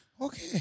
Okay